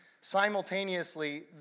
simultaneously